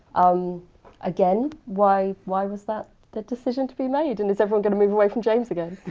um again why why was that the decision to be made? and is everyone gonna move away from james again?